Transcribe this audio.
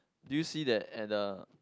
do you see that at the